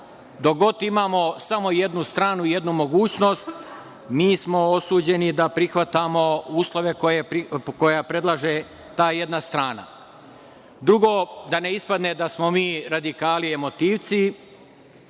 Dok god imamo samo jednu stranu, jednu mogućnost mi smo osuđeni da prihvatamo uslove koja predlaže ta jedna strana. Drugo, da ne ispadne da smo mi radikali emotivci